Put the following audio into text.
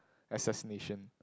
assassination